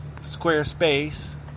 Squarespace